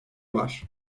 var